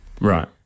Right